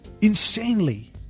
insanely